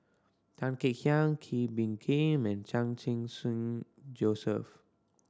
Tan Kek Hiang Kee Bee Khim and Chan Sing Soon Joseph